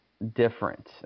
different